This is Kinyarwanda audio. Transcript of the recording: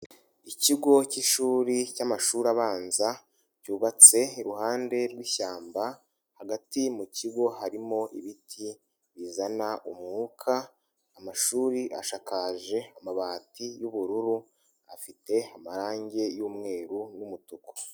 Ikigo cy'ishuri cy'amashuri abanza cyubatse iruhande rw'ishyamba, hagati mu kigo harimo ibiti bizana umwuka, amashuri ashakakaje amabati y'ubururu afite marange y'umweru n'umutuku.